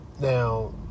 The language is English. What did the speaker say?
Now